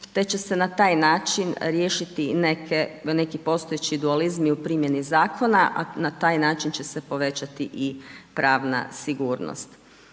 te će se na taj način riješiti neki postojeći dualizmi u primjeni zakona, a na taj način će se povećati i pravna sigurnost.